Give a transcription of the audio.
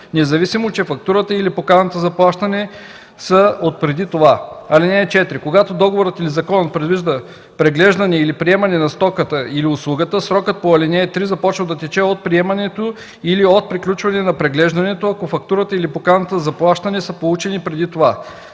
независимо че фактурата или поканата за плащане са отпреди това. (4) Когато договорът или закон предвижда преглеждане или приемане на стоката или услугата, срокът по ал. 3 започва да тече от приемането или от приключването на преглеждането, ако фактурата или поканата за плащане са получени преди това.